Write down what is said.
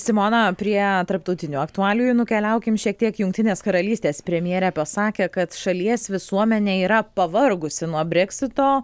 simona prie tarptautinių aktualijų nukeliaukim šiek tiek jungtinės karalystės premjerė pasakė kad šalies visuomenė yra pavargusi nuo breksito